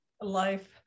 life